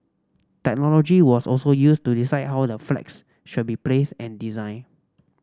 technology was also used to decide how the flats should be placed and designed